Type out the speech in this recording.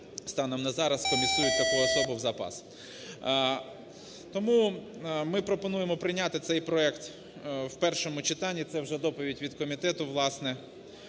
станом на зараз комісують таку особу в запас. Тому ми пропонуємо прийняти цей проект в першому читанні, – це вже доповідь від комітету, власне,